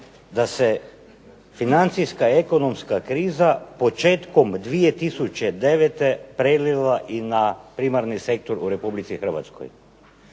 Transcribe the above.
da se financijska, ekonomska kriza početkom 2009. prelila i na primarni sektor u Republici Hrvatskoj.